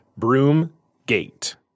Broomgate